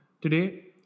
Today